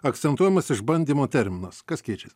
akcentuojamas išbandymo terminas kas keičias